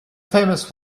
famous